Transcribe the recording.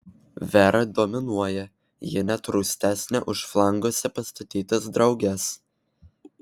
vera dominuoja ji net rūstesnė už flanguose pastatytas drauges